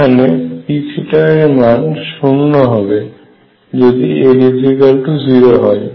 এখানে P এর মান শুন্য হবে যদি l0 হয়